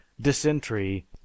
dysentery